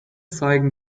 zeigen